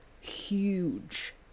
huge